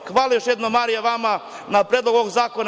Hvala još jednom, Marija, vama na Predlogu ovog zakona.